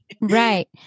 Right